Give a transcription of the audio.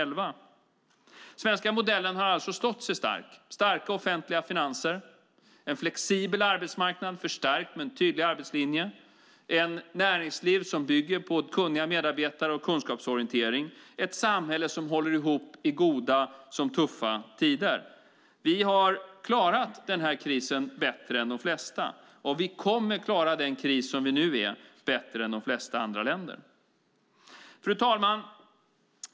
Den svenska modellen har alltså stått stark: starka offentliga finanser, en flexibel arbetsmarknad förstärkt med en tydlig arbetslinje, ett näringsliv som bygger på kunniga medarbetare och kunskapsorientering, ett samhälle som håller ihop i goda som i tuffa tider. Vi har klarat den här krisen bättre än de flesta och vi kommer att klara den kris som vi nu ser bättre än de flesta andra länder. Fru talman!